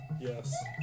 Yes